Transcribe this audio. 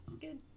good